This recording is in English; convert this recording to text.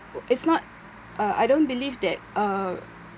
is not uh I don't believe that uh